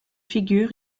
figures